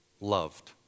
loved